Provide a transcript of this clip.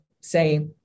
say